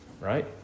right